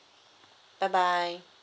bye bye